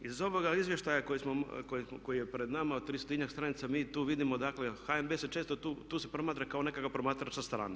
Iz ovoga izvještaja koji je pred nama od 300-tinjak stranica mi tu vidimo dakle HNB se često tu, tu se promatra kao nekakav promatrač sa strane.